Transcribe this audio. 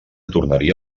tornaria